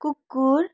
कुकुर